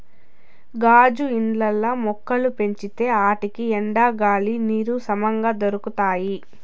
గాజు ఇండ్లల్ల మొక్కలు పెంచితే ఆటికి ఎండ, గాలి, నీరు సమంగా దొరకతాయి